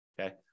Okay